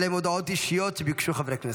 אלו הן הודעות אישיות שביקשו חברי הכנסת.